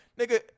Nigga